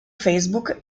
facebook